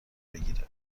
بگیره